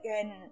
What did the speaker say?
again